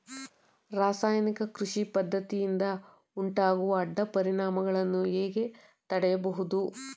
ರಾಸಾಯನಿಕ ಕೃಷಿ ಪದ್ದತಿಯಿಂದ ಉಂಟಾಗುವ ಅಡ್ಡ ಪರಿಣಾಮಗಳನ್ನು ಹೇಗೆ ತಡೆಯಬಹುದು?